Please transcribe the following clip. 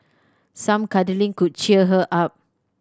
some cuddling could cheer her up